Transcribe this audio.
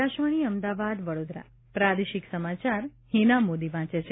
આકાશવાણી અમદાવાદ વડોદરા પ્રાદેશિક સમાચાર હિના મોદી વાંચે છે